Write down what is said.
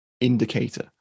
indicator